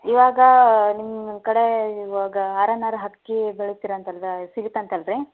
ಇವಾಗ ನಿಮ್ಮ ಕಡೆ ಇವಾಗ ಆರ್ ಎನ್ ಆರ್ ಹಕ್ಕಿ ಬೆಳಿತೀರ ಅಂತಲ್ಲ ಸಿಗುತ್ತೆ ಅಂತ ಅಲ್ಲ ರೀ